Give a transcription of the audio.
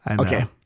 Okay